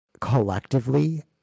collectively